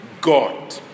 God